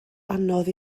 anodd